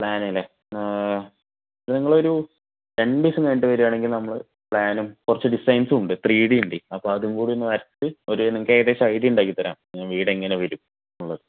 plan അല്ലേ നിങ്ങൾ ഒരു രണ്ടു ദിവസം കഴിഞ്ഞിട്ട് വരികയാണെങ്കിൽ നമ്മള് പ്ലാനും കുറച്ചു ഡിസൈൻസും ഉണ്ട് ത്രീഡിയുണ്ട് അപ്പോ അതും കൂടി ഒന്ന് വരച്ച് ഒരു നിങ്ങൾക്ക് ഏകദേശം ഒരു ഐഡിയ ഉണ്ടാക്കിത്തരാം വീട് എങ്ങനെ വരും എന്നുള്ളത്